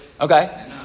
Okay